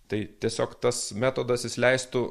tai tiesiog tas metodas jis leistų